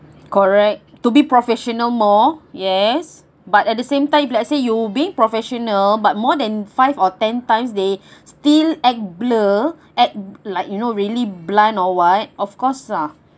correct to be professional more yes but at the same time let's say you being professional but more than five or ten times they still act blur at like you know really blind or what of course lah